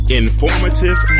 informative